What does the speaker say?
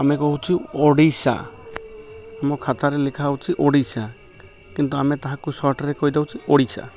ଆମେ କହୁଛୁ ଓଡ଼ିଶା ଆମ ଖାତାରେ ଲେଖା ହେଉଛି ଓଡ଼ିଶା କିନ୍ତୁ ଆମେ ତାହାକୁ ସର୍ଟରେ କହିଦେଉଛୁ ଓଡ଼ିଶା